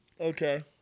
Okay